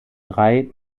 drei